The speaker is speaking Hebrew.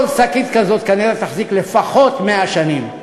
כל שקית כזאת כנראה תחזיק לפחות 100 שנים.